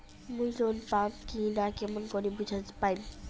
মুই লোন পাম কি না কেমন করি বুঝা পাম?